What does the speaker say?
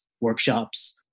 workshops